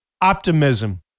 Optimism